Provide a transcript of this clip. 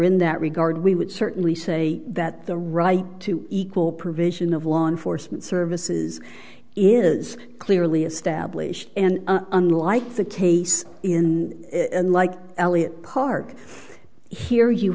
in that regard we would certainly say that the right to equal provision of law enforcement services is clearly established and unlike the case in unlike elliott park here you